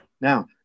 Now